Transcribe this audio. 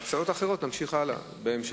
בהצעות אחרות נמשיך הלאה, בהמשך.